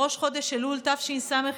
בראש חודש אלול תשס"ג,